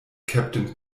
kapitän